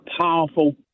powerful